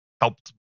helped